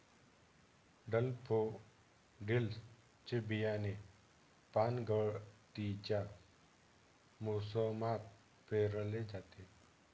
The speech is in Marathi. डैफोडिल्स चे बियाणे पानगळतीच्या मोसमात पेरले जाते